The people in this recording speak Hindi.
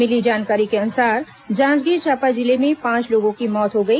मिली जानकारी के अनुसार जांजगीर चांपा जिले में पांच लोगों की मौत हो गई